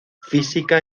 física